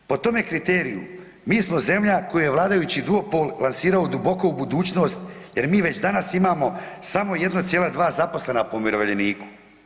Po tome kriteriju, mi smo zemlja koju je vladajući duopol lansirao duboko u budućnost jer mi već danas imamo samo 1,2 zaposlena po umirovljeniku.